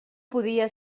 podia